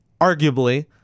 arguably